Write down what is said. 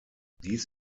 dies